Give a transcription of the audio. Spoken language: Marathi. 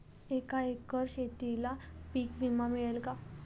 एका एकर शेतीला पीक विमा मिळेल का?